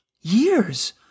years